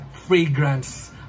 fragrance